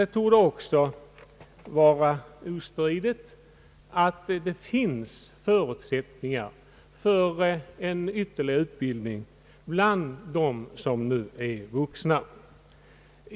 Det torde också vara ostridigt att det finns förutsättningar för en ytterligare utbildning bland dem som nu är vuxna.